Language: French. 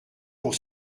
pour